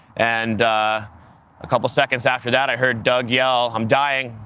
and a couple of seconds after, that i heard doug yell, i'm dying.